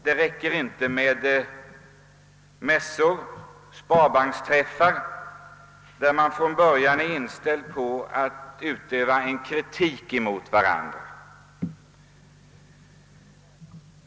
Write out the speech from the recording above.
Det räcker inte med mässor och sparbanksträffar, där man från början är inställd på att kritisera varandra.